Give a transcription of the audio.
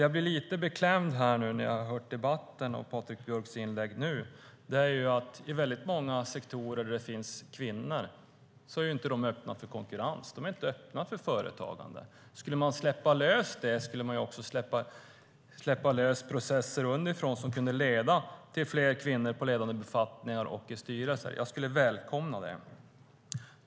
Jag blir lite beklämd när jag hör debatten här och Patrik Björcks inlägg. Många av de sektorer där det finns kvinnor är inte öppna för konkurrens. De är inte öppna för företagande. Skulle man släppa lös det skulle man också släppa lös processer underifrån som kunde leda till fler kvinnor på ledande befattningar och i styrelser. Jag skulle välkomna det.